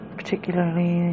particularly